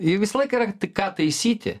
ji visą laiką yra tik ką taisyti